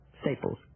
Staples